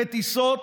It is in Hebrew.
בטיסות,